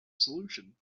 solution